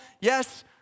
Yes